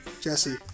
Jesse